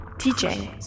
teaching